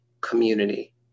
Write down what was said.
community